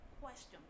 question